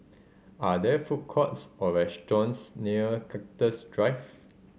are there food courts or restaurants near Cactus Drive